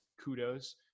kudos